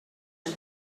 and